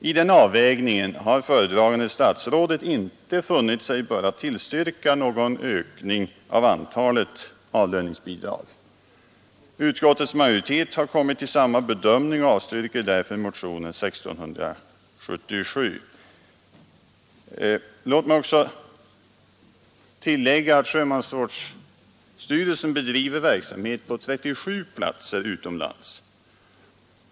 I den avvägningen har föredragande statsrådet inte funnit sig böra tillstyrka någon ökning av antalet avlöningsbidrag. Utskottets majoritet har kommit till samma bedömning och avstyrker därför motionen 1677. Låt mig tillägga att sjömansvårdsstyrelsen bedriver verksamhet på 37 platser utomlands.